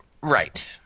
Right